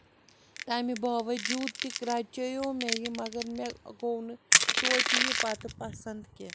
تَمہِ باؤجوٗد تہِ رَچییو مےٚ یہِ مگر مےٚ گوٚو نہٕ تویتہِ یہِ پَتہٕ یہِ پَسند کینٛہہ